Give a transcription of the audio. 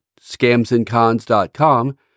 scamsandcons.com